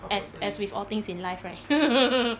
as as with all things in life right